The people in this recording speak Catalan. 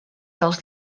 dels